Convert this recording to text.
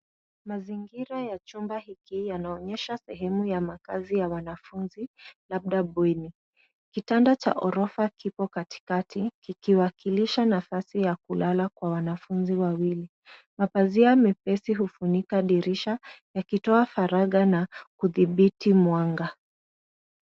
Mazingira ya chumba hiki yanaonyesha sehemu ya wanafunzi labda bweni. Kitanda cha ghorofa kipo katikati kikiwakilisha nafasi ya kulala kwa wanafunzi wawili. Mapazia mepesi hufunika dirisha yakitoa faragha na kudhibiti mwanga.